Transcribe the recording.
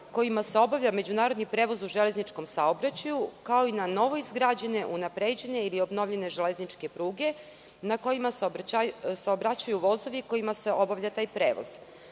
kojima se obavlja međunarodni prevoz u železničkom saobraćaju, kao i na novoizgrađene, unapređenje ili obnovljene železničke pruge na kojima saobraćaju vozovi kojima se obavlja taj prevoz.U